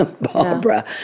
Barbara